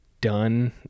done